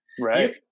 Right